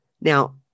Now